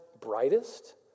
brightest